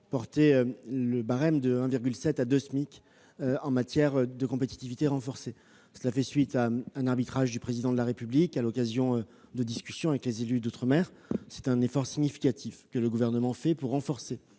porter le barème de 1,7 SMIC à 2 SMIC en matière de compétitivité renforcée. Cela faisait suite à un arbitrage du Président de la République, rendu à l'issue de discussions avec les élus d'outre-mer. C'est un effort significatif que le Gouvernement consent pour renforcer